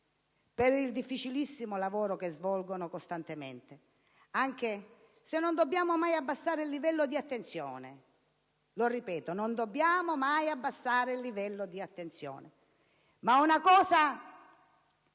per il difficilissimo lavoro che svolgono costantemente, anche se non dobbiamo mai abbassare il livello di attenzione. Lo ripeto: non dobbiamo mai abbassare il livello di attenzione. Grazie